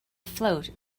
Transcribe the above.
afloat